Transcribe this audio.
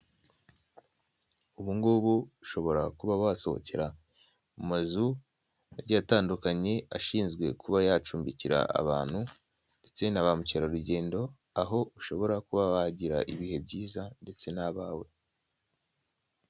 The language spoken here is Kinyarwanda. Ubu ngubu ushobora kuba wasohokera mu mazu agiye atandukanye ashinzwe kuba yacumbikira abantu ndetse na ba mukerarugendo aho ushobora kuba wagira ibihe byiza ndetse n'abawe.